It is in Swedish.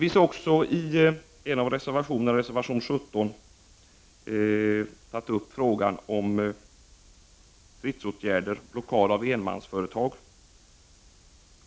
Vi har i reservation 17 tagit upp frågan om stridsåtgärder som blockad av enmansföretag.